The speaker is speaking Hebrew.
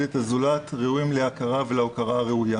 את הזולת ראויים להכרה ולהוקרה הראויה,